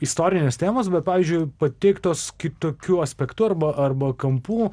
istorinės temos pavyzdžiui pateiktos kitokiu aspektu arba arba kampu